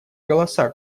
голоса